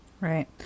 Right